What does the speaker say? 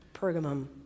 Pergamum